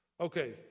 Okay